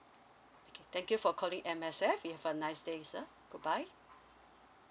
okay thank you for calling M_S_F you have a nice day sir goodbye